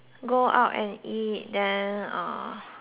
eat then uh